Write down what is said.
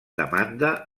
demanda